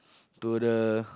to the